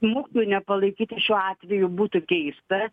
mokytojų nepalaikyti šiuo atveju būtų keista